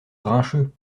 grincheux